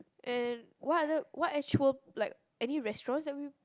and what other what actual like any restaurants that we